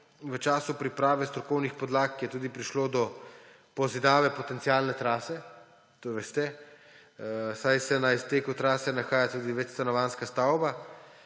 v času priprave strokovnih podlag, je tudi prišlo do pozidave potencialne trase – to veste –, saj se na izteku trase nahaja tudi večstanovanjska stavba.